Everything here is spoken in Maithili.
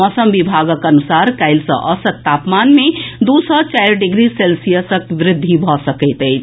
मौसम विभागक अनुसार काल्हि सॅ औसत तापमान मे दू सॅ चारि डिग्री सेल्सियस के वृद्धि भऽ सकैत अछि